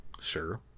Sure